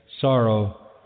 sorrow